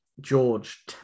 George